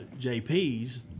JPs